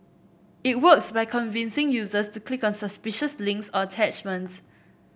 it works by convincing users to click on suspicious links or attachments